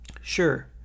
sure